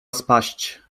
spaść